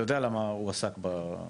אתה יודע למה הוא עסק בנושא?